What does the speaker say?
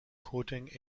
quoting